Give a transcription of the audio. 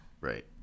Right